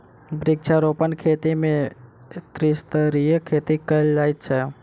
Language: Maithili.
वृक्षारोपण खेती मे त्रिस्तरीय खेती कयल जाइत छै